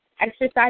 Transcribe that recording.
Exercise